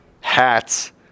hats